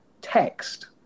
text